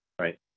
Right